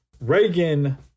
Reagan